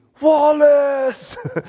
Wallace